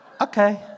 Okay